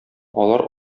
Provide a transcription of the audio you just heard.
алар